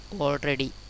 already